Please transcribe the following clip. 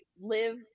live